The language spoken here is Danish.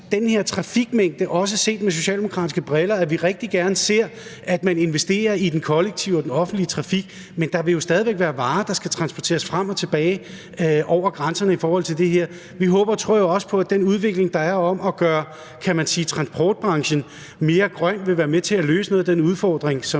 den her trafikmængde, at man investerer – det ser vi også rigtig gerne i Socialdemokratiet – i den kollektive og den offentlige trafik. Men der vil jo stadig væk være varer, der skal transporteres frem og tilbage over grænserne i forhold til det her. Vi håber og tror jo også på, at den udvikling, der er i forhold til at gøre transportbranchen mere grøn, vil være med til at løse noget af den udfordring, som